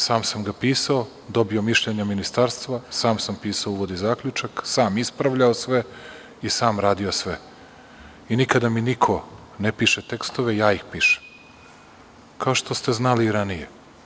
Sam ga pisao, dobio mišljenje ministarstva, sam pisao uvodni zaključak, sam ispravljao sve i sam radio sve i nikada mi niko ne piše tekstove, ja ih pišem, kao što ste znali i ranije.